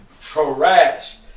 trash